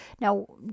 now